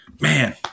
Man